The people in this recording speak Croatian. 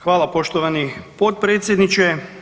Hvala poštovani potpredsjedniče.